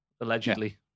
allegedly